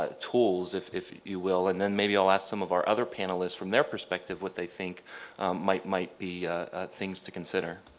ah tools if if you will and then maybe i'll ask some of our other panelists from their perspective what they think might might be things to consider.